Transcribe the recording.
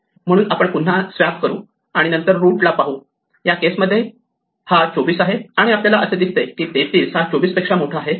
म्हणून आपण पुन्हा आहे स्वॅप करू आणि नंतर रूट ला पाहू या केस मध्ये हा 24 आहे आणि आपल्याला असे दिसते की 33 हा 24 पेक्षा मोठा आहे